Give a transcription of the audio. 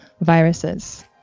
viruses